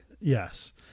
Yes